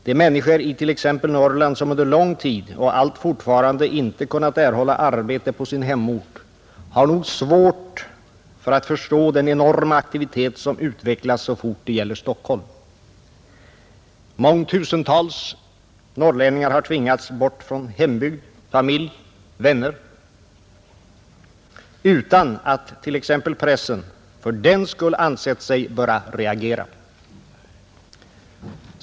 De människor i t.ex. Norrland som under lång tid och allt fortfarande, inte kunnat erhålla arbete på sin hemort har nog svårt att förstå den enorma aktivitet som utvecklas så fort det gäller Stockholm. Mång tusentals norrlänningar har tvingats bort från hembygd, familj och vänner utan att exempelvis pressen fördenskull ansett sig böra reagera.